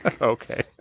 okay